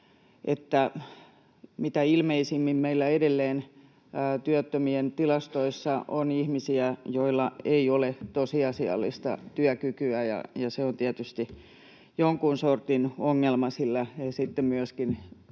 mitä ilmeisimmin meillä edelleen työttömien tilastoissa on ihmisiä, joilla ei ole tosiasiallista työkykyä, ja se on tietysti jonkun sortin ongelma, sillä he sitten